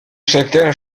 certaines